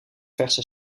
verse